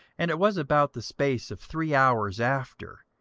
and it was about the space of three hours after,